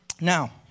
Now